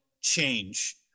change